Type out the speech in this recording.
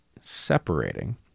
separating